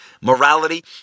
morality